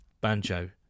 Banjo